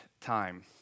time